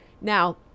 Now